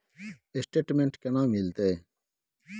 Statement केना मिलते?